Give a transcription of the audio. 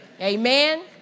Amen